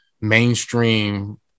mainstream